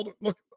look